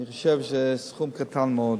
אני חושב שזה סכום קטן מאוד.